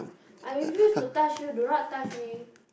I refuse to touch you do not touch me